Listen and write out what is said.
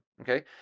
Okay